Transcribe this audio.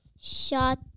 shot